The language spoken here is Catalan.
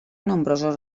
nombrosos